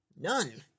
None